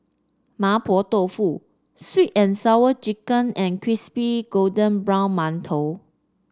Mapo Tofu sweet and Sour Chicken and Crispy Golden Brown Mantou